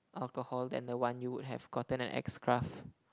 alcohol than the one you would have gotten at X Craft